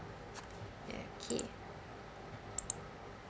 okay